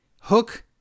Hook